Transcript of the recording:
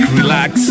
relax